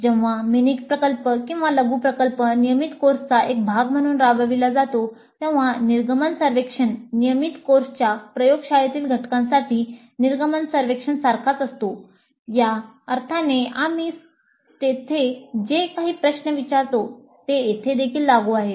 जेव्हा लघु प्रकल्प नियमित कोर्सचा एक भाग म्हणून राबविला जातो तेव्हा निर्गमन सर्वेक्षण नियमित कोर्सच्या प्रयोगशाळेतील घटकांसाठी निर्गमन सर्वेक्षण सारखाच असतो या अर्थाने आम्ही तेथे जे काही प्रश्न विचारतो ते येथे देखील लागू आहेत